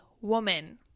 woman